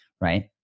right